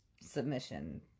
submission